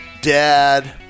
dad